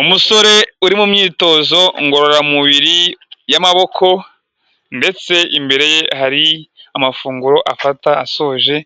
Umusore uri mu myitozo ngororamubiri y'amaboko ndetse imbere ye hari amafunguro afata asoje